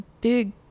big